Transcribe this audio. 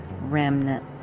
remnant